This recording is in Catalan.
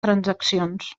transaccions